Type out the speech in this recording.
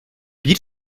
bir